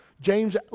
James